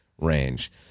range